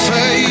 Say